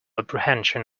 apprehension